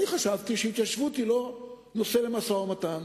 אני חשבתי שהתיישבות היא לא נושא למשא-ומתן.